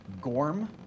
Gorm